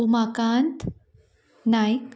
Umakant Naik